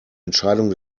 entscheidung